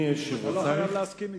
אתה לא חייב להסכים אתו.